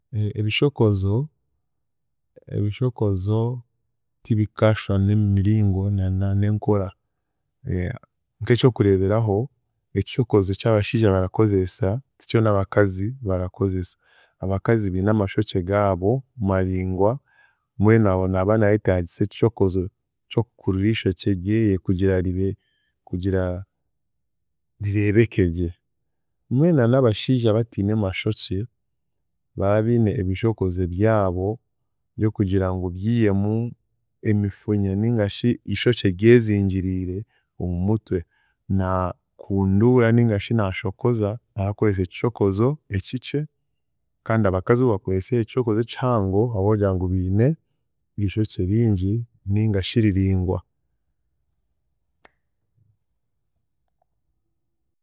Ebishokozo, ebishokozo tibikashwana emiringo na n’enkora, nk’ekyokureberaho ekishokozo eky'abashiija barakozesa tikyo n'abakazi barakozesa, abakazi biine amashokye gaabo maringwa mbwenu aho naaba naayetaagisa ekishokozo ky'okukurura ishokye ryeye kugira ribe kugira rireebekegye, mbwenu na n'abashiija abatiine mashoki bara biine ebishokozo ebyabo by'okugira ngu biihemu emifunya ningashi ishokye ryezingirire omu mutwe naakunduura nigashi naashookoza arakozesa ekishokozo ekikye kandi abakazi bo bakozese ekishokozo ekihango habw'okugira ngu biine ishokye ringi ningashi riringwa.